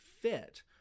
fit